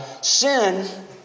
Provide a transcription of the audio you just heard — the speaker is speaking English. Sin